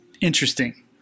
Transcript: interesting